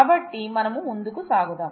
కాబట్టి మనం ముందుకు సాగుదాం